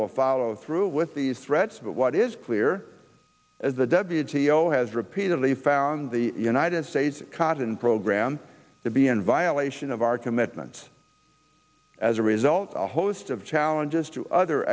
will follow through with these threats but what is clear as the dead has repeatedly found the united states cotton program to be in violation of our commitments as a result of a host of challenges to other